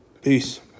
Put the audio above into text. Peace